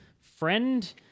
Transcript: friend